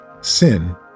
sin